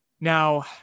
Now